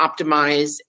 optimize